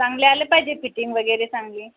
चांगले आले पाहिजे फिटिंग वगैरे चांगली